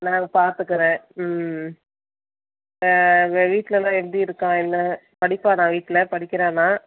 நான் பார்த்துக்குறேன் ம் வீட்டுலலாம் எப்படி இருக்கான் என்ன படிப்பானா வீட்டில் படிக்கிறானா